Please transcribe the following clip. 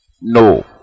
No